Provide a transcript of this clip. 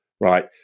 right